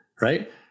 right